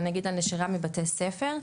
אני אגיד על נשירה מבתי ספר,